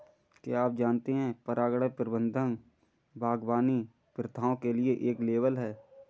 क्या आप जानते है परागण प्रबंधन बागवानी प्रथाओं के लिए एक लेबल है?